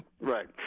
Right